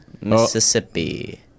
Mississippi